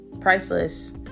priceless